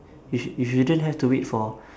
you shou~ you shouldn't have to wait for